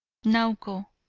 now go,